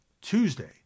Tuesday